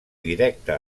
directa